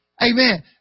Amen